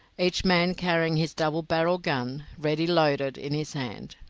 each man carrying his double-barrelled gun, ready loaded, in his hand.